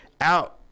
out